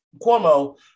Cuomo